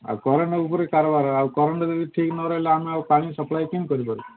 ଆଉ କରେଣ୍ଟ ଉପରେ କାରବାର ଆଉ କରେଣ୍ଟ ଯଦି ଠିକ୍ ନ ରହିଲେ ଆମେ ପାଣି ସପ୍ଲାଏ କେମିତି କରିପାରୁିବୁ